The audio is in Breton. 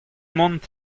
mont